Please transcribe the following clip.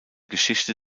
geschichte